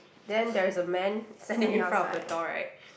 then there is a man standing in front of the door right